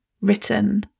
written